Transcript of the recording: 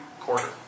quarter